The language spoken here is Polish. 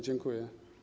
Dziękuję.